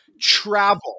travel